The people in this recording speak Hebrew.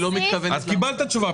היא לא מתכוונת --- אז קיבלת תשובה,